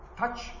touch